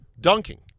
dunking